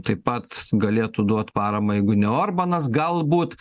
taip pat galėtų duot paramą jeigu ne orbanas galbūt